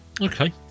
Okay